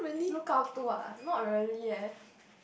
look out to ah not really eh